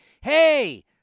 hey